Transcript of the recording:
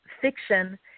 Fiction